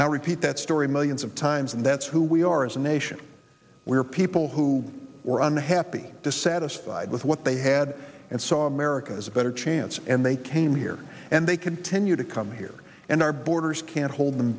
now repeat that story millions of times and that's who we are as a nation we are people who or unhappy dissatisfied with what they had and saw america has a better chance and they came here and they continue to come here and our borders can't hold them